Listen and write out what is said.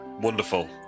wonderful